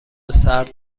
سرد